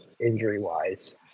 injury-wise